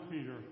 Peter